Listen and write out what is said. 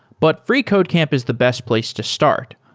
but freecodecamp is the best place to start,